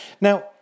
Now